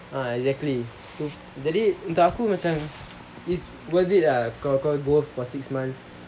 ah exactly jadi untuk aku macam it's worth it lah kau go for six months